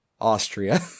Austria